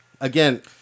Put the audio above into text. Again